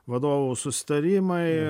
vadovų susitarimai